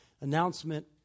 announcement